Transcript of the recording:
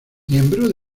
miembro